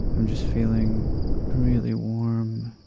i'm just feeling really warm,